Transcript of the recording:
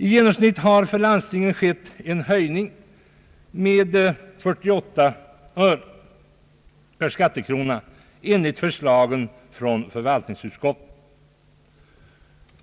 I genomsnitt har för landstingen skett en höjning med 48 öre per skattekrona enligt förslagen från förvaltningsutskotten.